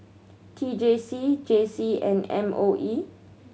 T J C J C and M O E